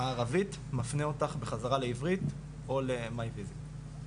הערבית מפנה אותך בחזרה לעברית, או ל- מיי ויזיט.